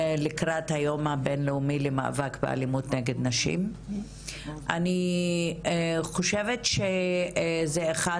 לקראת היום הבינלאומי למאבק באלימות נגד נשים אני חושבת שזה אחד